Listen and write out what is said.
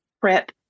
PrEP